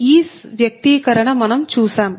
ఈ వ్యక్తీకరణ మనం చూశాం